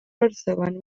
perceben